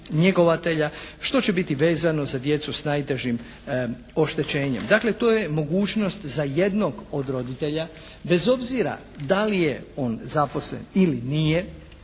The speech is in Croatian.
što će biti vezano za djecu sa najtežim oštećenjem. Dakle, tu je mogućnost za jednog od roditelja bez obzira da li je on zaposlen ili nije.